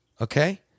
Okay